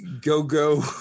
Go-Go